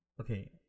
Okay